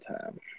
time